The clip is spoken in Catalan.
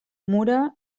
mura